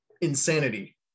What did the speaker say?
insanity